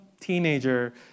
teenager